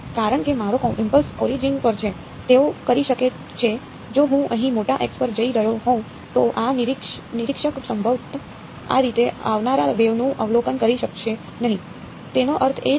તેથી તે કારણ માટે કારણ કે મારો ઇમ્પલ્સ ઓરિજિન પર છે તેઓ કરી શકે છે જો હું અહીં મોટા x પર જઈ રહ્યો હોઉં તો આ નિરીક્ષક સંભવતઃ આ રીતે આવનારા વેવ નું અવલોકન કરી શકશે નહીં તેનો અર્થ એ જ થશે